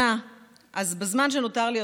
התרבות והספורט של הכנסת,